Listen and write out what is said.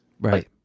Right